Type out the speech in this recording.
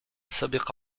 سبق